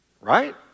right